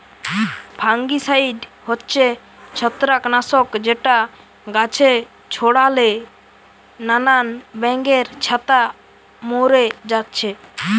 fungicide হচ্ছে ছত্রাক নাশক যেটা গাছে ছোড়ালে নানান ব্যাঙের ছাতা মোরে যাচ্ছে